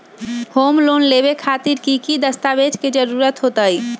Home loan लेबे खातिर की की दस्तावेज के जरूरत होतई?